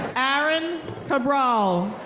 aaron cabral.